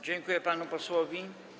Dziękuję panu posłowi.